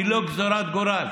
הוא לא גזרת גורל.